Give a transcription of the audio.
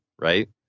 right